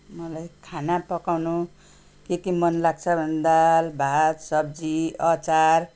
मलाई खाना पकाउनु के के मन लाग्छ भने दाल भात सब्जी अचार